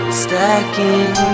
stacking